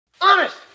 Honest